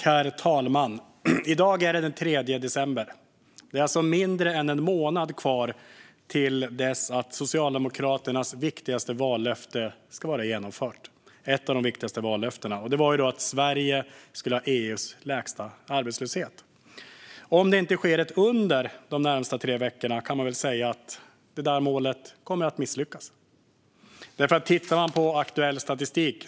Herr talman! I dag är det den 3 december. Det är alltså mindre än en månad kvar till dess att ett av Socialdemokraternas viktigaste vallöften ska vara genomfört. Det var att Sverige skulle ha EU:s lägsta arbetslöshet. Om det inte sker ett under de närmaste tre veckorna kan man väl säga att de kommer att misslyckas med det målet. Man kan titta på aktuell statistik.